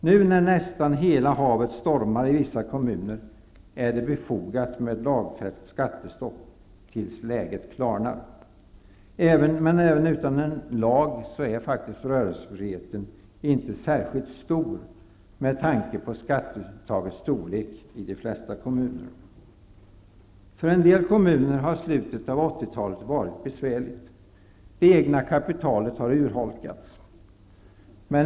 Nu när nästan hela havet stormar i vissa kommuner är det befogat med ett lagfäst skattestopp tills läget klarnar. Även utan en lag är rörelsefriheten inte särskilt stor med tanke på skatteuttagets storlek i de flesta kommuner. För en del kommuner har slutet av 80-talet varit besvärligt. Det egna kapitalet har urholkats.